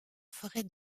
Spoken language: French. forêt